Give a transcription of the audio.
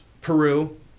Peru